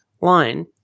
line